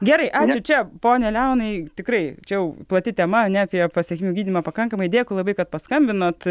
gerai ačiū čia pone leonai tikrai čia jau plati tema ne apie pasekmių gydymą pakankamai dėkui labai kad paskambinot